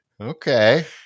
Okay